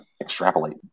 extrapolate